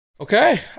Okay